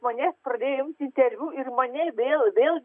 manęs pradėjo imti interviu ir mane vėl vėl